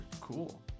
cool